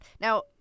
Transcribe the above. Now